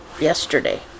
yesterday